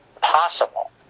possible